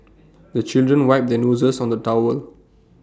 the children wipe their noses on the towel